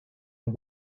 and